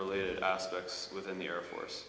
related aspects within the air force